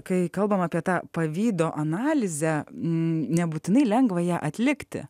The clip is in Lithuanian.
kai kalbame apie tą pavydo analizę nebūtinai lengva ją atlikti